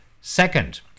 Second